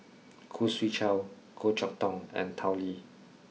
Khoo Swee Chiow Goh Chok Tong and Tao Li